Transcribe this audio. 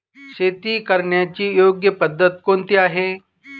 शेती करण्याची योग्य पद्धत कोणती आहे?